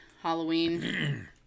Halloween